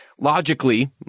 Logically